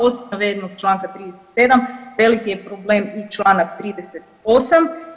Osim navedenog članka 37. veliki je problem i članak 38.